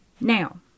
Now